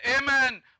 Amen